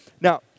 Now